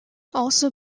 also